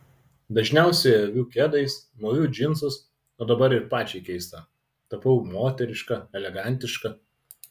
dažniausiai aviu kedais mūviu džinsus o dabar ir pačiai keista tapau moteriška elegantiška